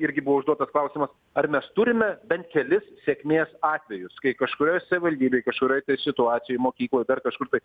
irgi buvo užduotas klausimas ar mes turime bent kelis sėkmės atvejus kai kažkurioj savivaldybėj kažkurioj tai situacijoj mokykloj dar kažkur tai